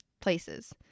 places